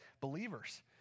believers